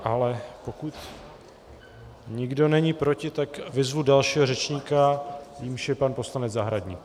Ale pokud nikdo není proti, tak vyzvu dalšího řečníka, jímž je pan poslanec Zahradník.